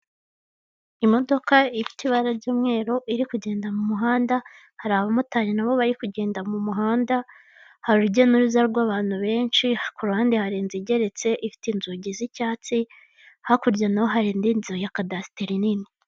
Imodoka ifite ibara ry'umweru iri kugenda mu muhanda, hari abamotari nabo bari kugenda mu muhanda, hari urujya n'uruza rw'abantu benshi ku ruhande hari inzu igeretse ifite inzugi z'icyatsi, hakurya no hari indi nzu ya kadasiteri nini.